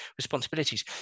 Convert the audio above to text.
responsibilities